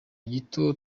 gito